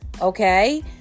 okay